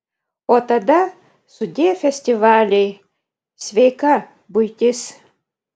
o tada sudie festivaliai sveika buitis